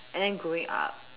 and then growing up